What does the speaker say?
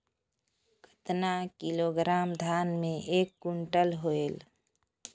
कतना किलोग्राम धान मे एक कुंटल होयल?